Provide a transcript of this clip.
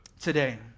today